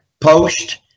post